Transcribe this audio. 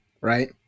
right